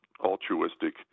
altruistic